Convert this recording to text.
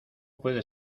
puede